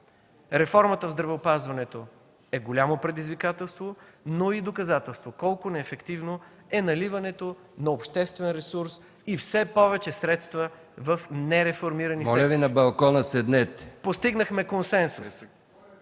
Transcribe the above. Реформата в здравеопазването е голямо предизвикателство, но и доказателство колко неефективно е наливането на обществен ресурс и все повече средства в нереформирани сектори. (Шум и